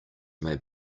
may